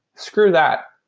screw that.